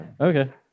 Okay